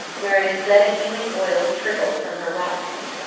where it is said a healing oil trickled from her rock-tomb.